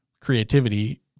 creativity